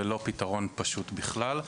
זה לא פתרון פשוט בכלל.